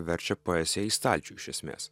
verčia poeziją į stalčių iš esmės